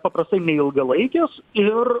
paprastai neilgalaikis ir